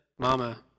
Mama